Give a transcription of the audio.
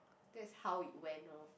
that's how it went loh